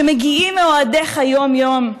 שמגיעים מאוהדיך יום-יום.